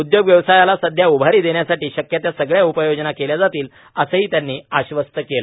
उद्योग व्यवसायाला सध्या उभारी देण्यासाठी शक्य त्या सगळ्या उपाययोजना केल्या जातील असं त्यांनी आश्वस्त केलं